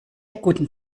guten